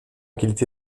qualité